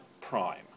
prime